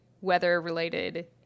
weather-related